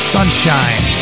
Sunshine